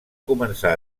començar